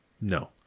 No